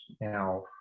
now